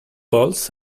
balls